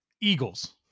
Eagles